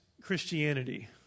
Christianity